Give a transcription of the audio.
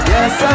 Yes